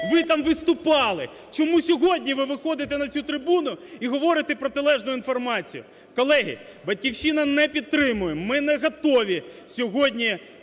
ви там виступали, чому сьогодні ви виходите на цю трибуну і говорите протилежну інформацію? Колеги, "Батьківщина" не підтримує. Ми не готові сьогодні